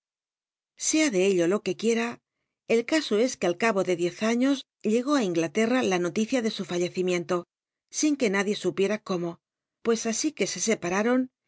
sea de ello lo ju quiera rl ca o es que al cabo de dicr aiios llrgó ti lnglater a la noticia de su fallecimiento sin que nadie supiera cómo pues así que se sc